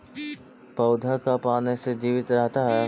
पौधा का पाने से जीवित रहता है?